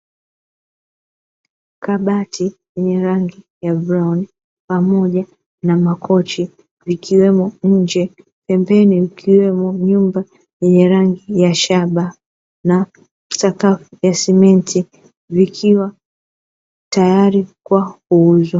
Kabati lenye rangi ya kahawia pamoja na makochi, vikiwa nje pembeni ikiwepo nyumba yenye rangi ya shaba na sakafu ya simenti ikiwa tayari kwa kuuzwa.